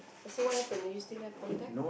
so what happen are you still have contact